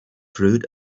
fruit